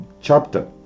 chapter